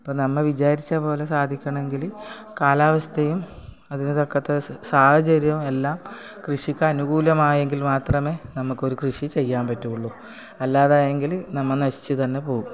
ഇപ്പം നമ്മൾ വിചാരിച്ചതുപോലെ സാധിക്കണമെങ്കിൽ കാലാവസ്ഥയും അതിന് തക്കത്ത സാഹചര്യവും എല്ലാം കൃഷിക്ക് അനുകൂലമായെങ്കിൽ മാത്രമേ നമുക്കൊരു കൃഷി ചെയ്യാൻ പറ്റുള്ളൂ അല്ലാതായെങ്കിൽ നമ്മൾ നശിച്ച് തന്നെ പോകും